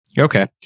Okay